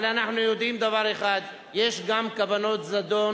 אבל אנחנו יודעים דבר אחד: יש גם כוונות זדון